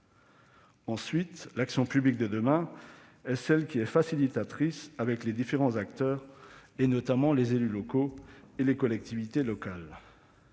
internet. L'action publique de demain doit aussi être facilitatrice avec les différents acteurs, notamment les élus locaux et les collectivités locales.